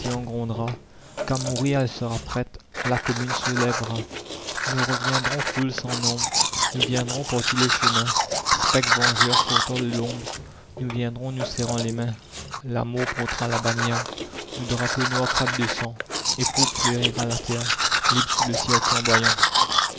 grondera qu'à mourir elle sera prête la commune se lèvera nous reviendrons foule sans nombre nous viendrons par tous les chemins spectres vengeurs sortant de l'ombre nous viendrons nous serrant les mains la mort portera la bannière le drapeau noir crêpe de sang et pourpre fleurira la terre libre sous le ciel flamboyant